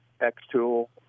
X-Tool